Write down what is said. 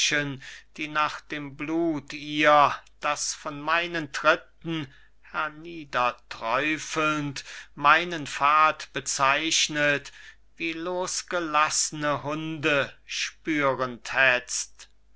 die nach dem blut ihr das von meinen tritten hernieder träufelnd meinen pfad bezeichnet wie losgelass'ne hunde spürend hetzt